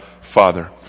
Father